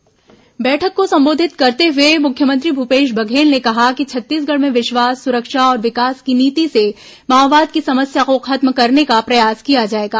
मुख्यमंत्री बैठक बैठक को संबोधित करते हुए मुख्यमंत्री भूपेश बघेल ने कहा कि छत्तीसगढ़ में विश्वास सुरक्षा और विकास की नीति से माओवाद की समस्या को खत्म करने का प्रयास किया जाएगा